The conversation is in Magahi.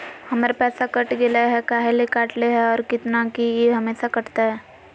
हमर पैसा कट गेलै हैं, काहे ले काटले है और कितना, की ई हमेसा कटतय?